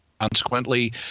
consequently